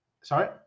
Sorry